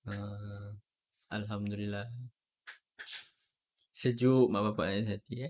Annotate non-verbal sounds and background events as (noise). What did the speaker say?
ah ya alhamdulillah (noise) sejuk mak bapa punya hati ya